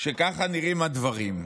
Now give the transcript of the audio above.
שככה נראים בו הדברים.